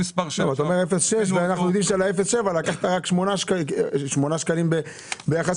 אתה אומר 0.6 אנחנו יודעים שעל ה-0.7 לקחת רק 8 שקלים יחסי.